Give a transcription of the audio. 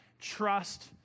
trust